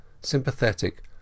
sympathetic